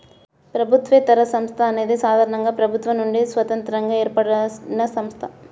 ప్రభుత్వేతర సంస్థ అనేది సాధారణంగా ప్రభుత్వం నుండి స్వతంత్రంగా ఏర్పడినసంస్థ